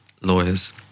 lawyers